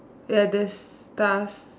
ya there's stars